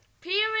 Period